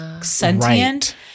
sentient